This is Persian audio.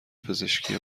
پزشکی